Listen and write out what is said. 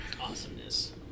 awesomeness